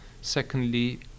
Secondly